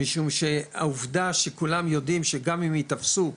משום שהעובדה שכולם יודעים שגם אם ייתפסו,